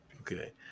Okay